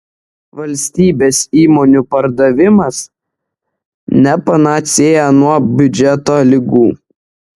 valstybės įmonių pardavimas ne panacėja nuo biudžeto ligų